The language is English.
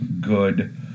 good